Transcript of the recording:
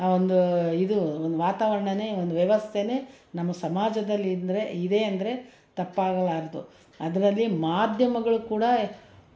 ಆ ಒಂದು ಇದು ಒಂದು ವಾತಾವರಣನೇ ಒಂದು ವ್ಯವಸ್ಥೆಯೇ ನಮ್ಮ ಸಮಾಜದಲ್ಲಿ ಇದ್ದರೆ ಇದೆ ಅಂದರೆ ತಪ್ಪಾಗಲಾರದು ಅದರಲ್ಲಿ ಮಾಧ್ಯಮಗಳು ಕೂಡ